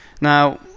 now